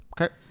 okay